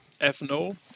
FNO